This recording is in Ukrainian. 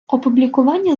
опублікування